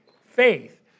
faith